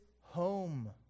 home